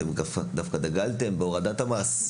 אתם דווקא דגלתם בהורדת המס,